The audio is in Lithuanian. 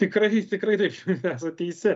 tikrai tikrai taip esat teisi